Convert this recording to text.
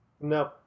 No